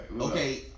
Okay